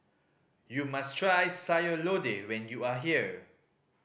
you must try Sayur Lodeh when you are here